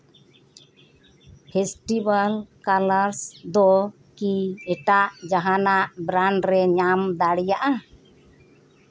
festivals colours ᱫᱚ ᱠᱤ ᱮᱴᱟᱜ ᱡᱟᱸᱦᱟᱱᱟᱜ ᱵᱮᱨᱟᱱᱰ ᱨᱮ ᱧᱟᱢ ᱫᱟᱲᱮᱭᱟᱜᱼᱟ